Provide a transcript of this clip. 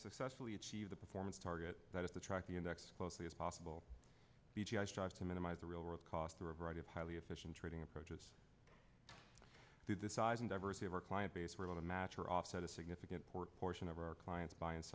successfully achieve the performance target that at the track the index closely as possible e g i strive to minimize the real world cost for a variety of highly efficient trading approaches to the size and diversity of our client base we're going to match or offset a significant port portion of our clients by and